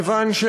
מכללה,